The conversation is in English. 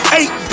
eight